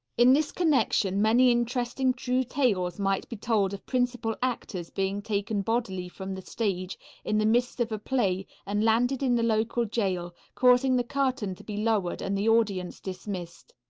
in this connection many interesting true tales might be told of principal actors being taken bodily from the stage in the midst of a play and landed in the local jail, causing the curtain to be lowered and the audience dismissed.